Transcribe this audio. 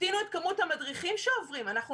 תקטינו את כמו המדריכים שעוברים את זה.